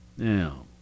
Now